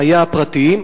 חייה הפרטיים,